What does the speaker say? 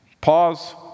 Pause